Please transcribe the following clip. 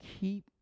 keep